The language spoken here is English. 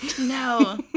No